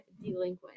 delinquent